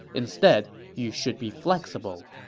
instead, you should be flexible.